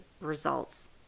results